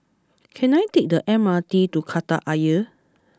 can I take the M R T to Kreta Ayer